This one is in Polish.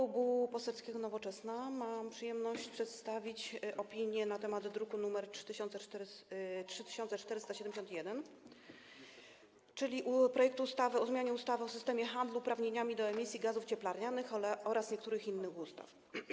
W imieniu Klubu Poselskiego Nowoczesna mam przyjemność przedstawić opinię na temat druku nr 3471, czyli projektu ustawy o zmianie ustawy o systemie handlu uprawnieniami do emisji gazów cieplarnianych oraz niektórych innych ustaw.